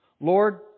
Lord